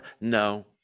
No